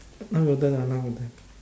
now your turn ah now my turn